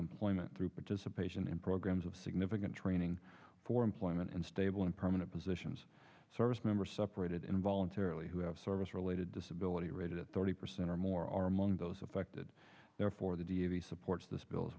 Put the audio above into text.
employment through participation in programs of significant training for employment and stable and permanent positions service member separated in voluntarily who have service related disability rated at thirty percent or more are among those affected therefore the d e v supports this bill as